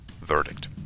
Verdict